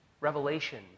revelation